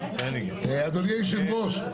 אדוני היושב-ראש,